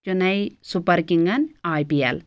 Chennai super کِنٛگَن I P L